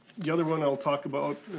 the other one i'll talk about,